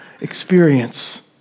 experience